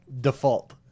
default